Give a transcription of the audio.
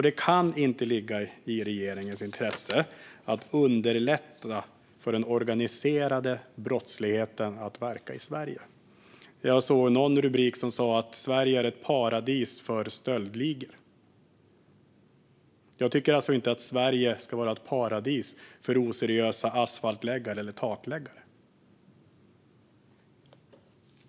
Det kan inte ligga i regeringens intresse att underlätta för den organiserade brottsligheten att verka i Sverige. Jag såg någon rubrik som sa: Sverige är ett paradis för stöldligor. Jag tycker inte att Sverige ska vara ett paradis för oseriösa asfaltläggare eller takläggare.